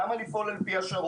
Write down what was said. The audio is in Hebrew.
למה לפעול על פי השערות?